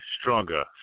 stronger